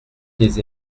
des